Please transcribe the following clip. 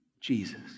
Jesus